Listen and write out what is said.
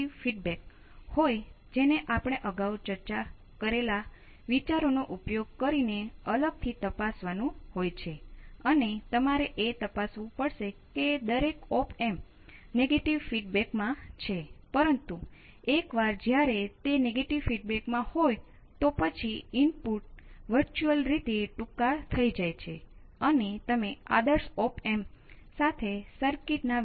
તેથી જો હું આને ફરીથી ગોઠવીશ તો મને L ભાંગ્યા R ગુણ્યાં IL નું ડેરિવેટિવ માં વિકલન સમીકરણો બરાબર એક સમાન છે